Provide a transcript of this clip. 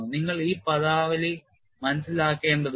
നിങ്ങൾ ഈ പദാവലി മനസ്സിലാക്കേണ്ടതുണ്ട്